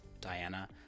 Diana